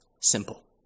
simple